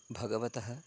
भगवतः